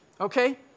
Okay